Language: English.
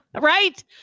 Right